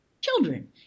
Children